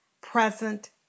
present